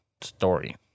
story